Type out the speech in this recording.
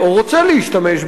או רוצה להשתמש,